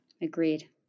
Agreed